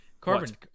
Corbin